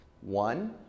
one